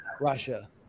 Russia